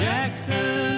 Jackson